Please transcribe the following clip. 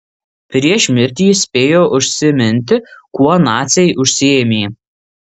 prieš mirtį jis spėjo užsiminti kuo naciai užsiėmė